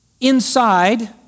Inside